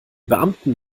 beamten